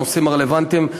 ובנושאים הרלוונטיים,